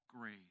grace